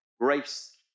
Grace